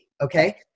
okay